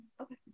Okay